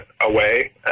away